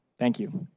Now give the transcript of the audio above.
thank you.